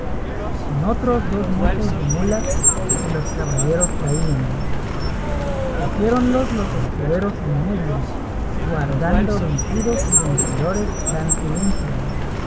con otros dos mozos de mulas que los caballeros traían cogiéronlos los escuderos en medio guardando vencidos y vencedores gran silencio